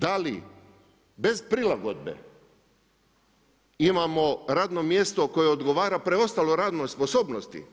Da li bez prilagodbe, imamo radno mjesto koje odgovara preostaloj radnoj sposobnosti.